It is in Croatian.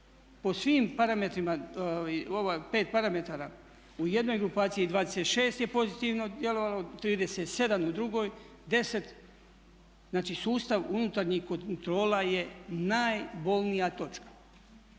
po svim parametrima, ova pet parametara u jednoj grupaciji 26 je pozitivno djelovalo, 37 u drugoj, 10. Znači sustav unutarnjih kontrola je najbolnija točka.